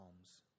alms